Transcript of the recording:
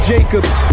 Jacobs